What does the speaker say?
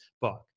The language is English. book